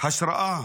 השראה